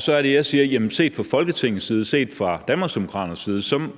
Så er det, jeg siger, at set fra Folketingets og Danmarksdemokraternes side